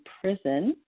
Prison